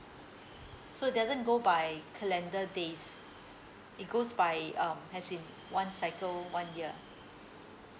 so doesn't go by calendar days it goes by um as in one cycle one year